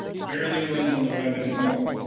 barely runs on the web anymore.